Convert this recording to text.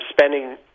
spending